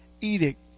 edict